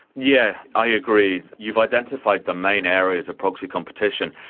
yeah i agree. you've identified the main areas of proxy competition.